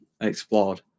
explored